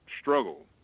struggle